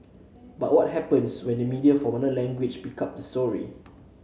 but what happens when media from another language pick up the story